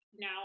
now